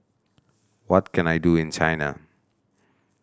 what can I do in China